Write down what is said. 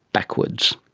backwards